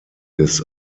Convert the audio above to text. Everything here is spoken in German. des